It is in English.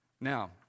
Now